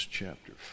chapter